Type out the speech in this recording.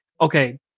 okay